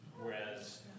Whereas